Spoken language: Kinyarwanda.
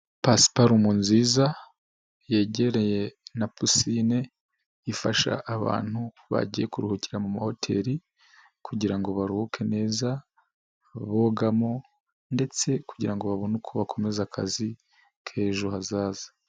Pasiparumu nziza yegereye na pisine, ifasha abantu bagiye kuruhukira mu mahoteri kugira ngo baruhuke neza, bogamo ndetse kugira ngo babone uko bakomeza akazi k'ejo hazaza.